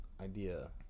idea